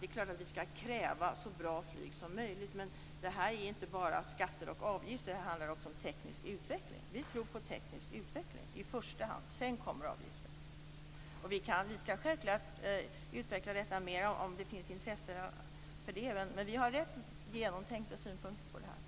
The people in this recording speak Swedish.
Det är klart att vi kräva så bra flyg som möjligt, men det här handlar inte bara om skatter och avgifter utan också om teknisk utveckling. Vi tror på teknisk utveckling i första hand - sedan kommer avgifterna. Vi ska självklart utveckla detta mer om det finns intresse för det. Vi har rätt genomtänkta synpunkter på det här.